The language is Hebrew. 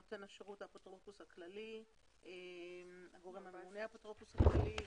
נותן השירות הוא האפוטרופוס הכללי והגורם הממונה הוא האפוטרופוס הכללי.